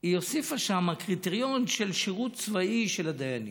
היא הוסיפה שם קריטריון של שירות צבאי של הדיינים.